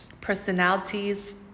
personalities